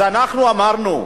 אנחנו אמרנו: